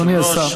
אדוני השר.